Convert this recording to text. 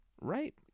Right